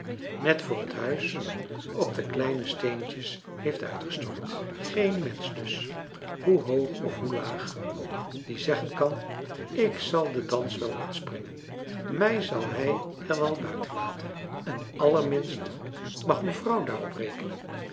net voor het huis op de kleine steentjes heeft uitgestort geen mensch dus hoe hoog of hoe laag ook die zeggen kan ik zal den dans wel ontspringen mij zal hij er wel buiten laten en allerminst mag mevrouw daar op rekenen